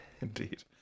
Indeed